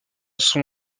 sont